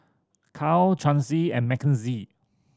Cal Chauncey and Makenzie